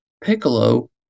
Piccolo